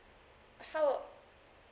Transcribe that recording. how